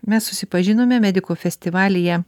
mes susipažinome medikų festivalyje